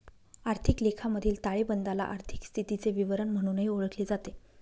आर्थिक लेखामधील ताळेबंदाला आर्थिक स्थितीचे विवरण म्हणूनही ओळखले जाते